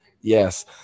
Yes